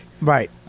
Right